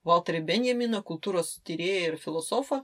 valterį benjaminą kultūros tyrėją ir filosofą